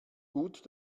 gut